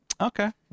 okay